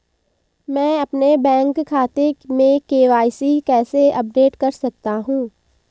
मैं अपने बैंक खाते में के.वाई.सी कैसे अपडेट कर सकता हूँ?